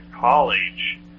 college